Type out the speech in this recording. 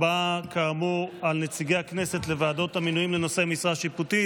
להצבעה על נציגי הכנסת לוועדות המינויים לנושאי משרה שיפוטית,